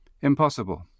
Impossible